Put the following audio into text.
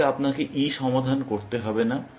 তাহলে আপনাকে E সমাধান করতে হবে না